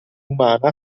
umana